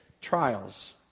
trials